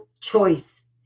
choice